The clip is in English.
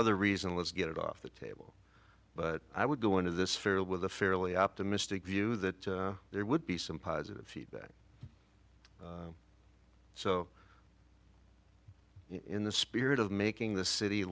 other reason let's get it off the table but i would go into this fairly with a fairly optimistic view that there would be some positive feedback so in the spirit of making the city